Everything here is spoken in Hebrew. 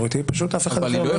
אבל המהות היא אותה מהות.